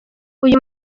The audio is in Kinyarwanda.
uyu